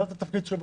עזב את התפקיד שלו,